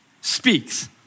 speaks